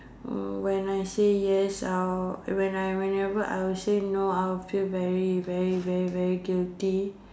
mm when I say yes I will when I whenever I will say no I will very very very very guilty